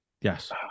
Yes